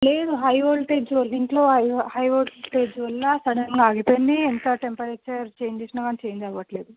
లేదు high voltage ఇంట్లో high voltage వల్ల సడన్గా ఆగిపోయింది ఎంత టెంపరేచర్ చేంజ్ చేసిన కానీ చేంజ్ అవ్వట్లేదు